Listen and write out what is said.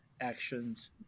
actions